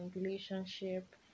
relationship